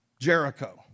Jericho